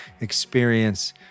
experience